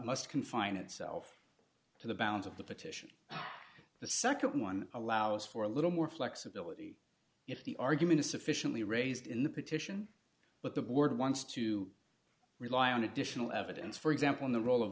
must confine itself to the bounds of the petition the nd one allows for a little more flexibility if the argument is sufficiently raised in the petition but the board wants to rely on additional evidence for example in the role of